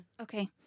okay